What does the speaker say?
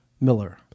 Miller